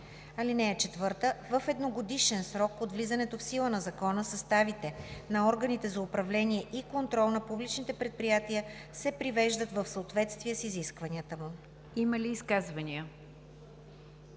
актове. (4) В едногодишен срок от влизането в сила на закона съставите на органите за управление и контрол на публичните предприятия се привеждат в съответствие с изискванията му.“ ПРЕДСЕДАТЕЛ